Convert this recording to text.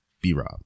B-Rob